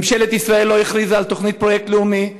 ממשלת ישראל לא הכריזה על תוכנית, פרויקט לאומי,